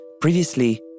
Previously